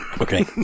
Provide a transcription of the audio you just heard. Okay